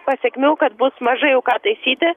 pasekmių kad bus mažai jau ką taisyti